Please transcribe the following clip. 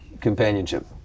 companionship